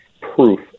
proof